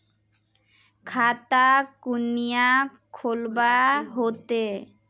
खाता कुनियाँ खोलवा होते?